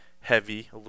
Heavy